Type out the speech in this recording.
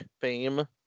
fame